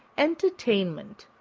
entertainment,